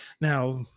now